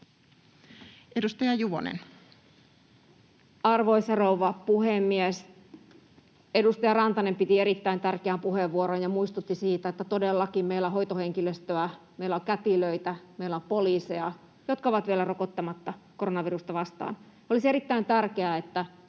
12:03 Content: Arvoisa rouva puhemies! Edustaja Rantanen piti erittäin tärkeän puheenvuoron ja muistutti siitä, että todellakin meillä on hoitohenkilöstöä, meillä on kätilöitä, meillä on poliiseja, jotka ovat vielä rokottamatta koronavirusta vastaan. Olisi erittäin tärkeää, että